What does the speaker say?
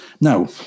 Now